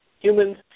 humans